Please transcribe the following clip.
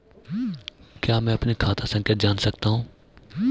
क्या मैं अपनी खाता संख्या जान सकता हूँ?